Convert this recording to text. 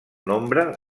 nombre